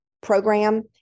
program